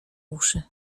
uszy